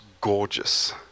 gorgeous